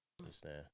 understand